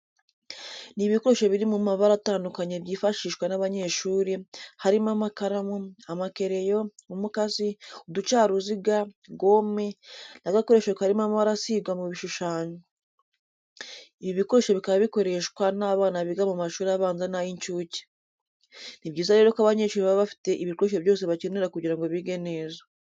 Ni ibikoresho biri mu mabara atandukanye byifashishwa n'abanyeshuri, harimo amakaramu, amakereyo, umukasi, uducaruzuga, gome n'agakoresho karimo amabara asigwa mu bishushanyo. Ibi bikoresho bikaba bikorehswa n'abana biga mu mashuri abanza n'ay'incuke. Ni byiza rero ko abanyeshuri baba bafite ibikoresho byose bakenera kugira ngo bige neza.